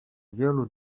wielu